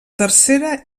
tercera